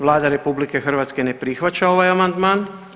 Vlada RH ne prihvaća ovaj amandman.